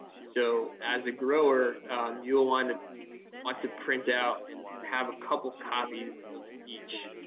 so, as a grower you'll want to want to print out and have a couple copies of each.